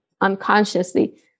unconsciously